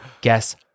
Guess